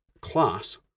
class